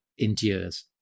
endures